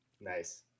Nice